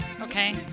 Okay